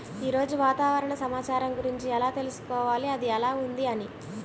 ఈరోజు వాతావరణ సమాచారం గురించి ఎలా తెలుసుకోవాలి అది ఎలా ఉంది అని?